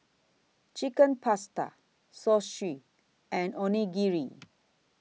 Chicken Pasta Zosui and Onigiri